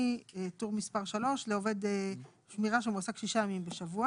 טור 2 טור 3 טור 4 רכיבי שכר ערך שעה לעובד שמירה שמועסק 5 ימים בשבוע